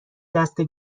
دسته